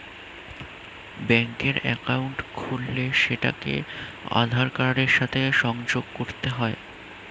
ব্যাঙ্কের অ্যাকাউন্ট খুললে সেটাকে আধার কার্ডের সাথে সংযোগ করতে হয়